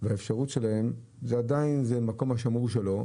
וזה עדיין המקום השמור שלו,